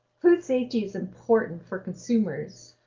food safety is important for consumers.